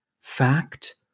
Fact